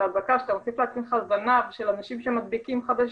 ההדבקה --- של אנשים שמדביקים חדשים.